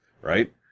right